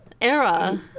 era